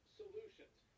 solutions